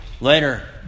Later